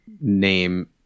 name